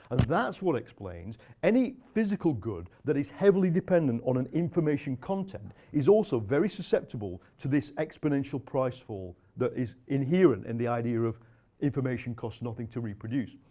and that's what explains any physical good that is heavily dependent on an information content is also very susceptible to this exponential price fall that is inherent in the idea of information costs nothing to reproduce.